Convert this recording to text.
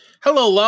Hello